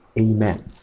Amen